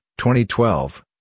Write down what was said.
2012